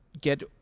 Get